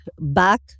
back